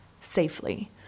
safely